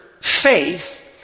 faith